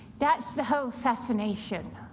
that's the whole fascination